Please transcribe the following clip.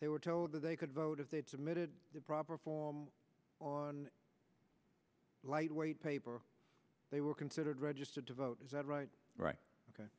they were told that they could vote if they'd submitted the proper form on lightweight paper they were considered registered to vote is that right right ok